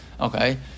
Okay